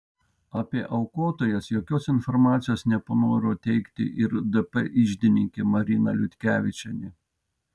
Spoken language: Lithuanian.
apie aukotojas jokios informacijos nepanoro teikti ir dp iždininkė marina liutkevičienė